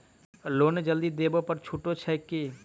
Loan जल्दी देबै पर छुटो छैक की?